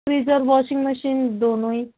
fridge اور washing machine دونوں ہی